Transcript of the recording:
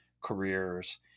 careers